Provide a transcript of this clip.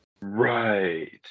right